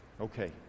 Okay